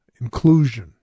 inclusion